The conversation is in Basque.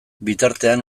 bitartean